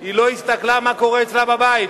היא לא הסתכלה מה קורה אצלה בבית,